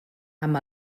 amb